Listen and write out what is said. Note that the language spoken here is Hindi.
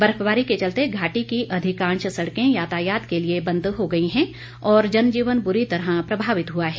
बर्फवारी के चलते घाटी की अधिकांश सड़कें यातायात के लिए बंद हो गई है और जनजीवन बुरी तरह प्रभावित हुआ है